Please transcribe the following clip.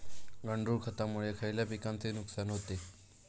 गांडूळ खतामुळे खयल्या पिकांचे नुकसान होते?